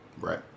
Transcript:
Right